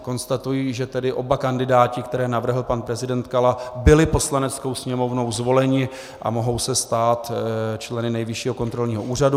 Konstatuji, že tedy oba kandidáti, které navrhl pan prezident Kala, byli Poslaneckou sněmovnou zvoleni a mohou se stát členy Nejvyššího kontrolního úřadu.